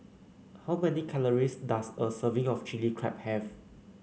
how many calories does a serving of Chilli Crab have